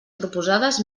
proposades